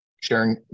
sharing